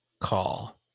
call